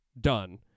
done